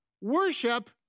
worship